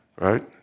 right